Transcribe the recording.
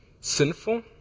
sinful